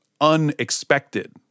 unexpected